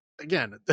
again